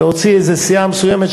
להוציא איזו סיעה מסוימת,